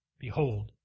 Behold